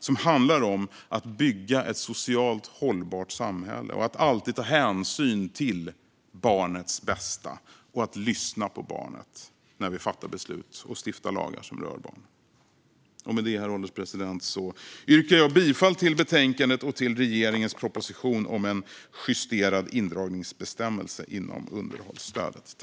Det handlar om att bygga ett socialt hållbart samhälle, att alltid ta hänsyn till barnets bästa och att lyssna på barnet när vi fattar beslut och stiftar lagar som rör barn. Med det, herr ålderspresident, yrkar jag bifall till förslaget i betänkandet och till regeringens proposition om en justerad indragningsbestämmelse inom underhållsstödet.